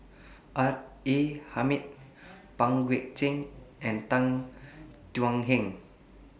R A Hamid Pang Guek Cheng and Tan Thuan Heng